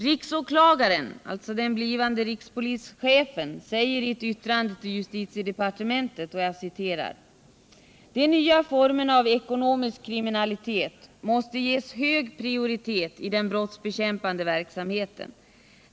Riksåklagaren, den blivande rikspolischefen, säger i ett yttrande till justitiedepartementet: ”De nya formerna av ekonomisk kriminalitet måste ges hög prioritet i den brottsbekämpande verksamheten.